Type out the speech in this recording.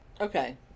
Okay